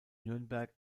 nürnberg